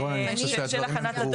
לירון, אני חושב שהדברים ברורים.